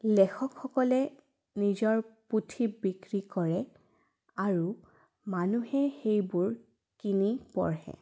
লেখকসকলে নিজৰ পুথি বিক্ৰী কৰে আৰু মানুহে সেইবোৰ কিনি পঢ়ে